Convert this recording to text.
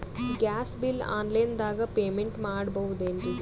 Gas bill online ದಾಗ payment ಮಾಡಬೋದೇನ್ರಿ?